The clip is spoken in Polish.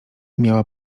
miała